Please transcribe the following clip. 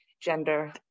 gender